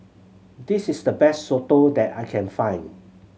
this is the best soto that I can find